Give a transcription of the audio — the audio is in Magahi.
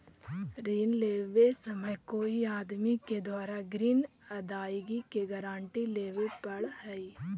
ऋण लेवे समय कोई आदमी के द्वारा ग्रीन अदायगी के गारंटी लेवे पड़ऽ हई